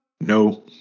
No